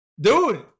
Dude